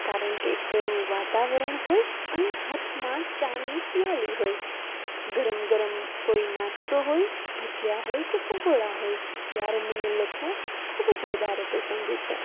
કારણ કે એક તો એવું વાતાવરણ હોય અને હાથમાં ચાની પ્યાલી હોય ગરમ ગરમ કોઈ નાસ્તો હોય ભજીયા હોય કે પકોડા હોય ત્યારે મને લખવું ખૂબ જ વધારે પસંદ છે